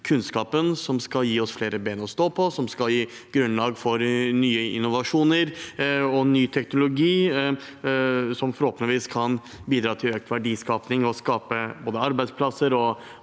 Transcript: kunnskapen som skal gi oss flere bein å stå på, og som skal gi grunnlag for ny innovasjon og ny teknologi som forhåpentligvis kan bidra til økt verdiskaping og skape arbeidsplasser og